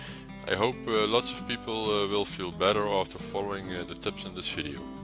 i hope lots of people will feel better after following and the tips in this video.